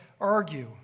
argue